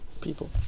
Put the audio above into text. people